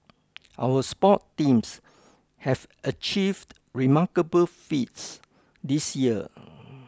our sports teams have achieved remarkable feats this year